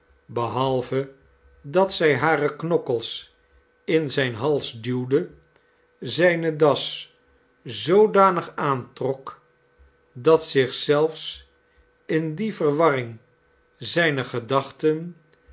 behalve dat zij hare knokkels in zijn hals duwde zijne das zoodanig aantrok dat zich zelfs in die verwarring zijner gedachten